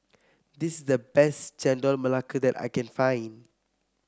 this the best Chendol Melaka that I can find